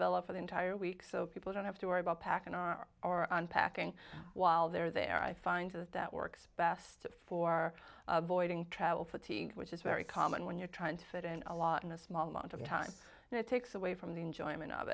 villa for the entire week so people don't have to worry about packing our or unpacking while they're there i find is that works best for voiding travel fatigue which is very common when you're trying to fit in a lot in a small amount of time and it takes away from the enjoyment of